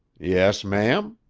yes, ma'am.